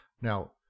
Now